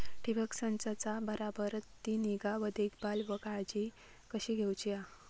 ठिबक संचाचा बराबर ती निगा व देखभाल व काळजी कशी घेऊची हा?